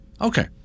Okay